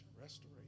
restoration